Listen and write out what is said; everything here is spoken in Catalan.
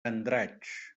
andratx